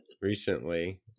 recently